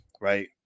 right